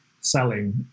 selling